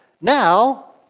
Now